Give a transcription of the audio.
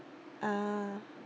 uh